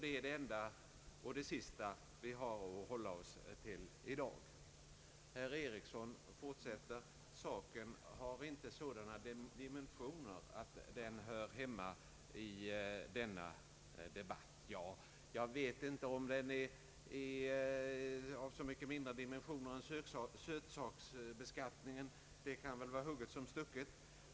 Det är det enda och sista vi har att hålla oss till i dag. Herr Ericsson fortsätter med att saken inte har sådana dimensioner att den hör hemma i denna debatt. Jag vet inte om den har så mycket mindre dimensioner än sötsaksbeskattningen. Det kan väl vara hugget som stucket.